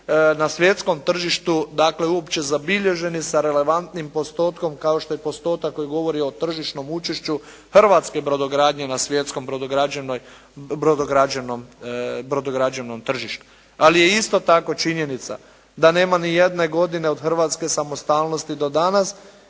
na svjetskom tržištu dakle, uopće zabilježeni sa relevantnim postotkom kao što je postotak koji govori o tržišnom učešću hrvatske brodogradnje na svjetskoj brodograđevnom tržištu. Ali je isto tako činjenica da nema niti jedne godine od hrvatske samostalnosti do danas